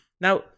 Now